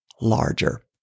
larger